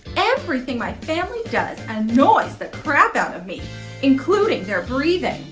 everything my family does annoys the crap out of me including their breathing